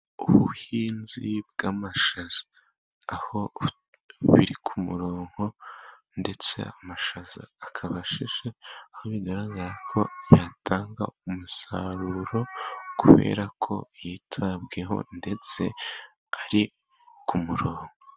Ubuhinzi bw'amashaza aho buri ku murongo ndetse amashaza akaba ashishe, aho bigaragara ko yatanga umusaruro kubera ko yitabweho ndetse ari ku murongo.